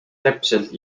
täpselt